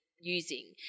using